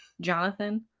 Jonathan